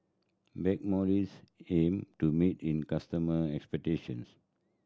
Blackmores aim to meet in customer expectations